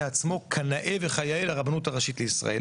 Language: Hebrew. עצמו כנאה וכיאה לרבנות הראשית לישראל.